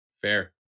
Fair